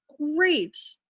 great